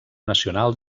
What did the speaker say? nacional